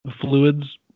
fluids